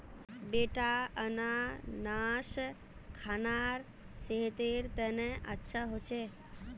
बेटा अनन्नास खाना सेहतेर तने अच्छा हो छेक